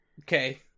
Okay